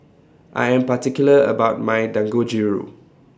I Am particular about My Dangojiru